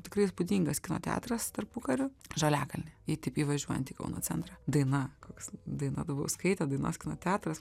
tikrai įspūdingas kino teatras tarpukariu žaliakalny jei taip įvažiuojant į kauno centrą daina koks daina dubauskaitė dainos kino teatras